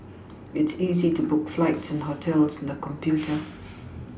it's easy to book flights and hotels on the computer